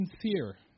sincere